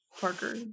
Parker